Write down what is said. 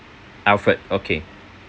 alfred okay